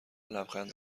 لبخند